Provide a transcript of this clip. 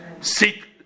Seek